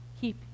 keep